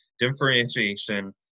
Differentiation